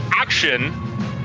action